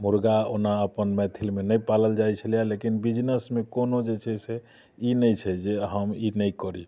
मुर्गा ओना अपन मैथिलमेनै पालल जाइ छलैये लेकिन बिजनेसमे कोनो जे छै से ई नहि छै जे हम ई नहि करी